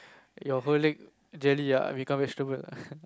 your whole leg jelly ah become vegetable ah